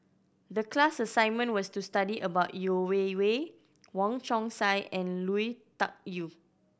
the class assignment was to study about Yeo Wei Wei Wong Chong Sai and Lui Tuck Yew